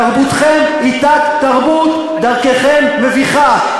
תרבותכם היא תת-תרבות, דרככם מביכה.